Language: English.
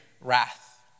wrath